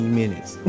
minutes